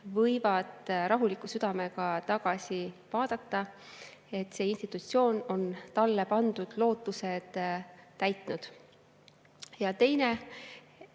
võivad rahuliku südamega tagasi vaadata, sest see institutsioon on talle pandud lootused täitnud. Ja teine